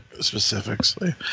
Specifically